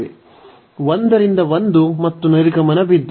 1 ರಿಂದ 1 ಮತ್ತು ನಿರ್ಗಮನ ಬಿಂದು